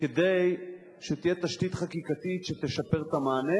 כדי שתהיה תשתית חקיקתית שתשפר את המענה?